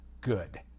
good